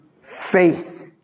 faith